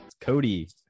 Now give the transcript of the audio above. Cody